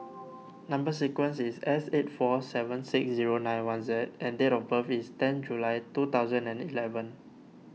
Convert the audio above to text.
Number Sequence is S eight four seven six zero nine one Z and date of birth is ten July two thousand and eleven